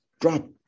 drop